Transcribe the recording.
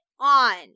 on